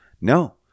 No